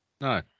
No